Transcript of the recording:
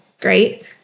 great